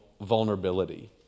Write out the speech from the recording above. vulnerability